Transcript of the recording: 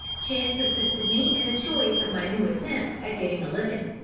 chance assisted me in the choice of my new attempt at getting a living.